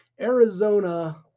Arizona